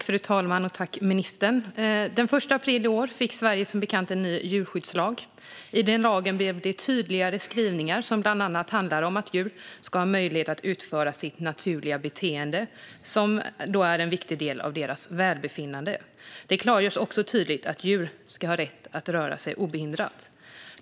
Fru talman! Tack, ministern, för svaret! Den 1 april i år fick Sverige som bekant en ny djurskyddslag. I den lagen blev det tydligare skrivningar som bland annat handlar om att djur ska ha möjlighet att utföra sitt naturliga beteende, som är en viktig del av deras välbefinnande. Det klargörs också tydligt att djur ska ha rätt att röra sig obehindrat.